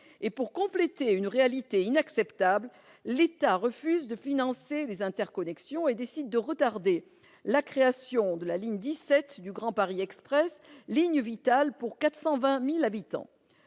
Pour compléter une réalité inacceptable, l'État refuse de financer les interconnexions et décide de retarder la création de la ligne 17 du Grand Paris Express, vitale pour 420 000 habitants